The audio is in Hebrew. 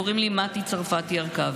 קוראים לי מטי צרפתי הרכבי.